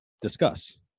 discuss